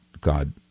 God